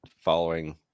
following